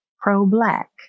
pro-Black